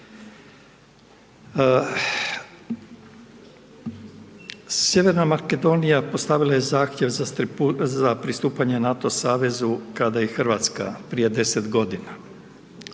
Sjeverna Makedonija postavila je zahtjev za pristupanje NATO savezu kada i RH, prije 10.g.